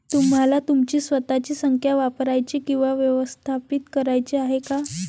तुम्हाला तुमची स्वतःची संख्या वापरायची किंवा व्यवस्थापित करायची आहे का?